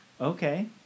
Okay